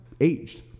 aged